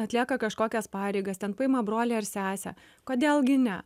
atlieka kažkokias pareigas ten paima brolį ar sesę kodėl gi ne